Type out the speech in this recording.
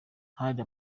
hari